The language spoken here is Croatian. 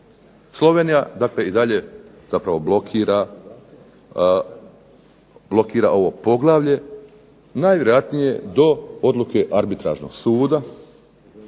Slovenija dakle i dalje zapravo blokira ovo poglavlje. Najvjerojatnije do odluke arbitražnog suda